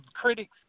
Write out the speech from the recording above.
critics